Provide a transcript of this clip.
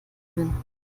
bin